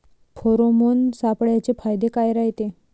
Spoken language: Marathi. फेरोमोन सापळ्याचे फायदे काय रायते?